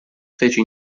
fece